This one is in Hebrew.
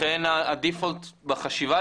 לכן הדיפולט, לפחות בחשיבה,